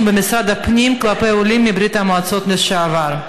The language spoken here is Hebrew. במשרד הפנים כלפי עולים מברית המועצות לשעבר.